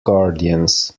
guardians